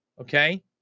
okay